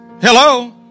Hello